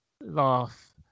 laugh